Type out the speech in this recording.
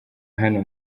hano